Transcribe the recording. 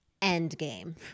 Endgame